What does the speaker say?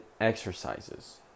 exercises